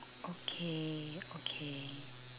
okay okay